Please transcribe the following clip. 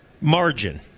margin